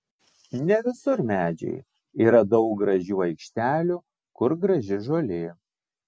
ne visur medžiai yra daug gražių aikštelių kur graži žolė